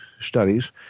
studies